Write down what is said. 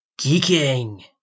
geeking